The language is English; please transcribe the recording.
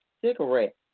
cigarette